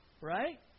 Right